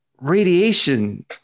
radiation